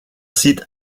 site